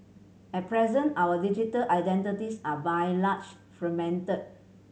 at present our digital identities are by large fragmented